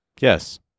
Yes